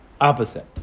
opposite